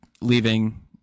leaving